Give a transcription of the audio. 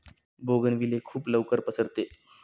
bougainvillea खूप लवकर पसरते